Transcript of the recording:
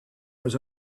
was